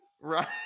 Right